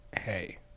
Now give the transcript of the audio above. hey